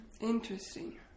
Interesting